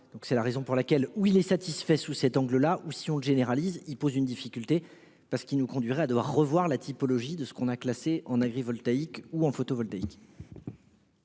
c'est la raison pour laquelle où il est satisfait sous cet angle-là, ou si on généralise il pose une difficulté parce qu'il nous conduirait à devoir revoir la typologie de ce qu'on a classés en agri-voltaïque ou en photovoltaïque.